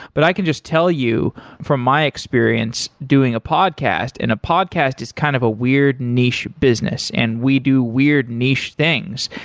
but i can just tell you from my experience doing a podcast and a podcast is kind of a weird niche business, and we do weird niche things.